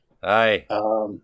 Hi